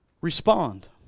Respond